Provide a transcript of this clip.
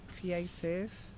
creative